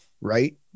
right